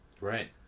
Right